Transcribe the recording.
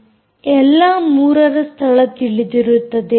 ಎಲ್ಲಾ ಮೂರರ ಸ್ಥಳ ತಿಳಿದಿರುತ್ತದೆ